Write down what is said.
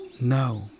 No